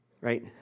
right